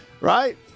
Right